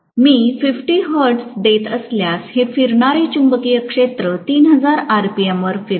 मी 50 hertz देत असल्यास हे फिरणारे चुंबकीय क्षेत्र 3000 आरपीएम वर फिरेल